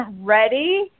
ready